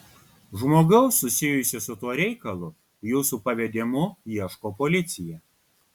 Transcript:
žmogaus susijusio su tuo reikalu jūsų pavedimu ieško policija